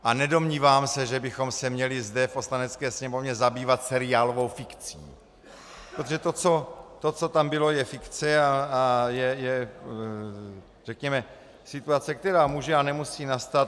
A nedomnívám se, že bychom se měli zde v Poslanecké sněmovně zabývat seriálovou fikcí, protože to, co tam bylo, je fikce a je to situace, která může a nemusí nastat.